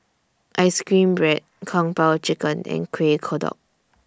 Ice Cream Bread Kung Po Chicken and Kueh Kodok